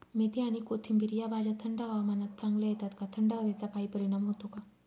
मेथी आणि कोथिंबिर या भाज्या थंड हवामानात चांगल्या येतात का? थंड हवेचा काही परिणाम होतो का?